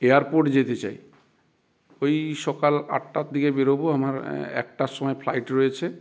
airport যেতে চাই ওই সকাল আটটার দিকে বেরোব আমার একটার সময় ফ্লাইট রয়েছে